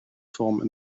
forme